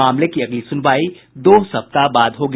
मामले की अगली सुनवाई दो सप्ताह बाद होगी